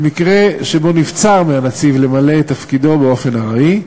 במקרה שנבצר מהנציב למלא את תפקידו באופן ארעי,